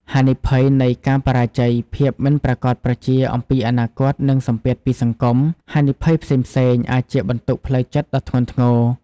ហានិភ័យនៃការបរាជ័យ ភាពមិនប្រាកដប្រជាអំពីអនាគតនិងសម្ពាធពីសង្គម ហានិភ័យផ្សេងៗ អាចជាបន្ទុកផ្លូវចិត្តដ៏ធ្ងន់ធ្ងរ។